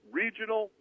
regional